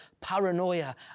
paranoia